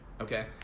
okay